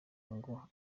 ngo